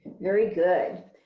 very good.